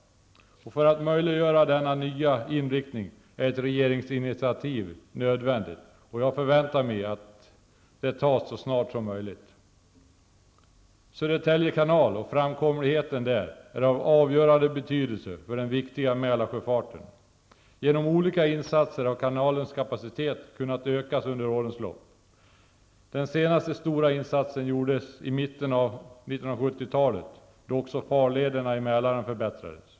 För att möjliggöra denna nya inriktning är ett regeringsinitiativ nödvändigt, och jag förväntar mig att det tas så snart som möjligt. Framkomligheten i Södertälje kanal är av avgörande betydelse för den viktiga Mälarsjöfarten. Genom olika insatser har kanalens kapacitet kunnat ökas under årens lopp. Den senaste stora insatsen gjordes i mitten av 1970-talet, då också farlederna i Mälaren förbättrades.